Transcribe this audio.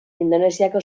indonesiako